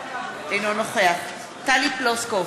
אינו נוכח טלי פלוסקוב,